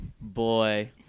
Boy